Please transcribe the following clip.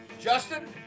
Justin